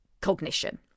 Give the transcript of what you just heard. cognition